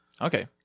Okay